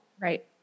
Right